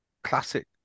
classic